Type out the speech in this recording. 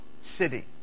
city